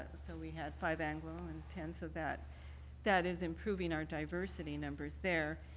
so we had five anglo and ten so that that is improving our diversity numbers there.